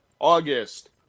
August